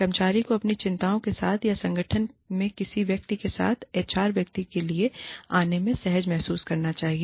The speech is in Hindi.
कर्मचारी को अपनी चिंताओं के साथ या संगठन में किसी व्यक्ति के साथ एचआर व्यक्ति के लिए आने में सहज महसूस करना चाहिए